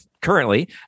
currently